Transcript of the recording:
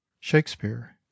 Shakespeare